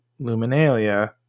Luminalia